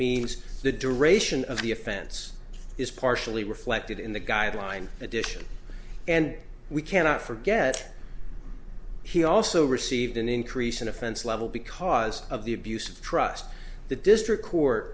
means the duration of the offense is partially reflected in the guideline addition and we cannot forget he also received an increase in offense level because of the abuse of trust the district court